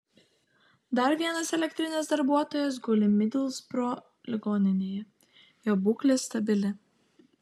dar vienas elektrinės darbuotojas guli midlsbro ligoninėje jo būklė stabili